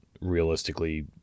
realistically